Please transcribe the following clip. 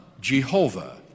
Jehovah